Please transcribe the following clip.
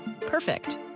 Perfect